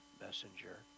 messenger